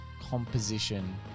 composition